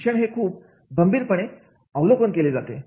शिक्षणाचे खूप गंभीरपणे अवलोकन केले जाते